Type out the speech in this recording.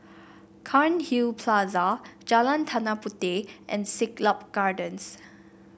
Cairnhill Plaza Jalan Tanah Puteh and Siglap Gardens